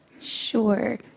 Sure